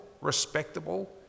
respectable